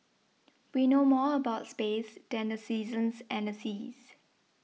we know more about space than the seasons and the seas